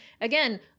again